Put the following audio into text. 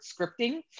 scripting